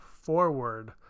forward